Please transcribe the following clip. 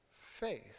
faith